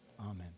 amen